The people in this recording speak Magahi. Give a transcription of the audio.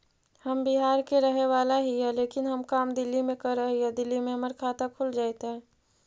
हम बिहार के रहेवाला हिय लेकिन हम काम दिल्ली में कर हिय, दिल्ली में हमर खाता खुल जैतै?